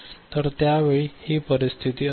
तर त्यावेळी ही परिस्थिती असेल